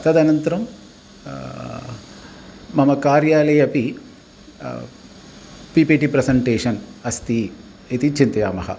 तदनन्तरं मम कार्यालये अपि पि पि टि प्रसन्टेषन् अस्ति इति चिन्तयामः